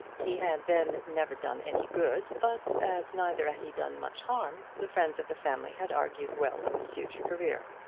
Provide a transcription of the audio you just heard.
he had then never done any good but as neither had he done much harm, the friends of the family had argued well of his future career.